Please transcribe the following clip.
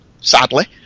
sadly